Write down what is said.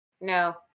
No